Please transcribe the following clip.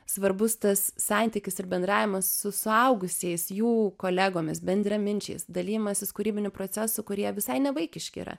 svarbus tas santykis ir bendravimas su suaugusiais jų kolegomis bendraminčiais dalijimasis kūrybiniu procesu kurie visai nevaikiški yra